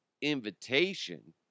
invitation